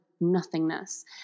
nothingness